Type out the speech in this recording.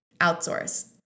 outsource